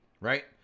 right